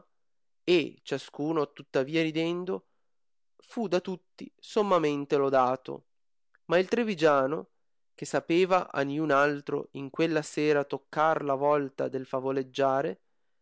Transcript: e ciascuno tuttavia ridendo fu da tutti sommamente lodato ma il trivigiano che sapeva a niun altro in quella sera toccar la volta del favoleggiare se